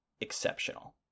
exceptional